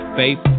faith